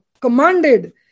commanded